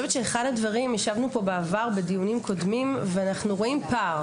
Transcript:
ישבנו פה בעבר בדיונים קודמים ואנחנו רואים פער